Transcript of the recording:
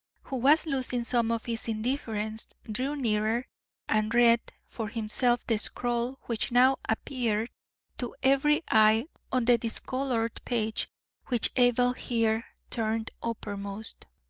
who was losing some of his indifference, drew nearer and read for himself the scrawl which now appeared to every eye on the discoloured page which abel here turned uppermost.